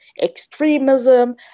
extremism